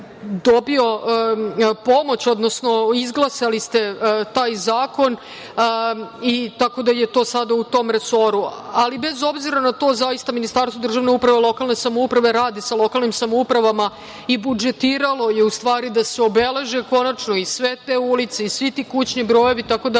dobio pomoć, odnosno izglasali ste taj zakon, tako da je to sada u tom resoru. Bez obzira na to, Ministarstvo državne uprave i lokalne samouprave radi sa lokalnim samoupravama i budžetiralo je u stvari da se obeleže konačno i sve te ulice i svi ti kućni brojevi. Tako da